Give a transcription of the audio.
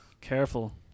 Careful